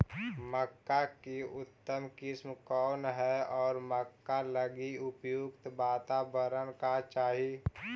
मक्का की उतम किस्म कौन है और मक्का लागि उपयुक्त बाताबरण का चाही?